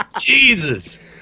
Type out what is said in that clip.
Jesus